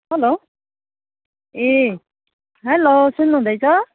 hello ए hello सुन्नुहुँदैछ